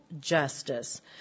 Justice